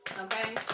Okay